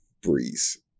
Breeze